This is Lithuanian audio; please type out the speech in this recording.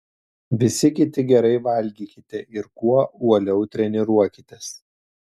visi kiti gerai valgykite ir kuo uoliau treniruokitės